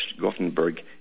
Gothenburg